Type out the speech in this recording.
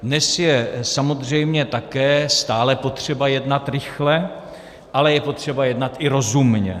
Dnes je samozřejmě také stále potřeba jednat rychle, ale je potřeba jednat i rozumně.